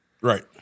Right